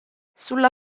sulla